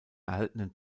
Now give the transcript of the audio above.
erhaltenen